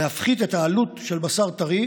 להפחית את העלות של בשר טרי,